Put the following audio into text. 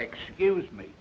excuse me